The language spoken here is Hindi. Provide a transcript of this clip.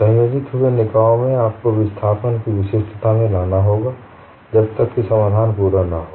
संयोजित हुए निकायों में आपको विस्थापन की विशिष्टता में लाना होगा जब तक कि समाधान पूरा न हो